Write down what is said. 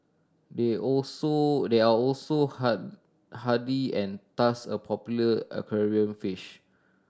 they also they are also hard hardy and thus a popular aquarium fish